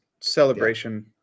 Celebration